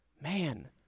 Man